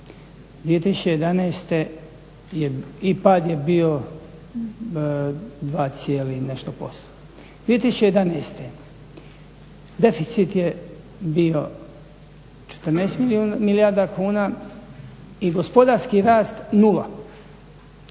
2011.i pad je bio 2, nešto posto, 2011.deficit je bio 14 milijardi kuna i gospodarski rast nula,